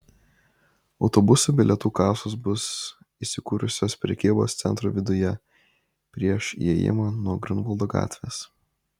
autobusų bilietų kasos bus įsikūrusios prekybos centro viduje prieš įėjimą nuo griunvaldo gatvės